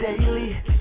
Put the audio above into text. daily